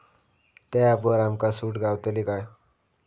त्या ऍपवर आमका सूट गावतली काय?